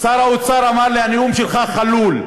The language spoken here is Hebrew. שר האוצר אמר לי: הנאום שלך חלול.